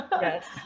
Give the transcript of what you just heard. yes